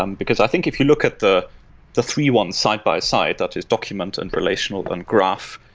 um because i think if you look at the the three one side by side that is document and relational and graph,